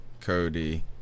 Cody